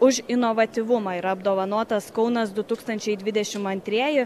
už inovatyvumą yra apdovanotas kaunas du tūkstančiai dvidešim antrieji